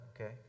okay